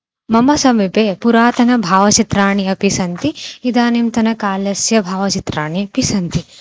मम समीपे पुरातनभावचित्राणि अपि सन्ति इदानीन्तनकालस्य भावचित्राणि अपि सन्ति